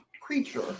creature